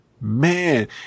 man